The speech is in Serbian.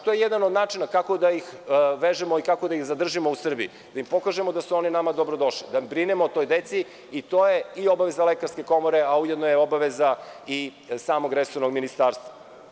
To je jedan od načina kako da ih vežemo i kako da ih zadržimo u Srbiji, da im pokažemo da su oni nama dobrodošli, da brinemo o toj deci i to je i obaveza Lekarske komore, a ujedno je i obaveza samog resornog ministarstva.